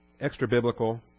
extra-biblical